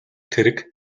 тэрэг